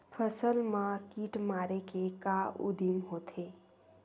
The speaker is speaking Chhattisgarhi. फसल मा कीट मारे के का उदिम होथे?